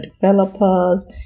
developers